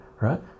right